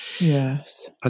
Yes